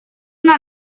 una